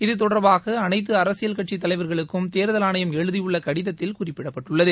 இது தொடர்பாக அனைத்து அரசியல் கட்சித் தலைவர்களுக்கும் தோதல் ஆணையம் எழுதியுள்ள கடிதத்தில் குறிப்பிடப்பட்டுள்ளது